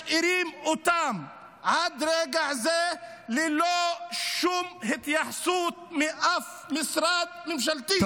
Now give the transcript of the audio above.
משאירים אותם עד רגע זה ללא שום התייחסות מאף משרד ממשלתי.